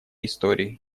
истории